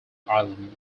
island